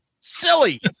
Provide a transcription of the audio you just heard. Silly